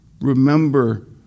Remember